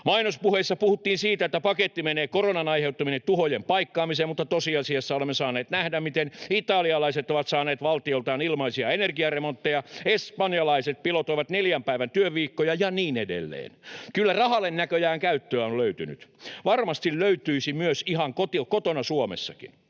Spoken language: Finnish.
Mainospuheissa puhuttiin siitä, että paketti menee koronan aiheuttamien tuhojen paikkaamiseen, mutta tosiasiassa olemme saaneet nähdä, miten italialaiset ovat saaneet valtioltaan ilmaisia energiaremontteja, espanjalaiset pilotoivat neljän päivän työviikkoja ja niin edelleen. Kyllä rahalle näköjään käyttöä on löytynyt — varmasti löytyisi myös ihan kotona Suomessakin.